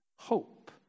Hope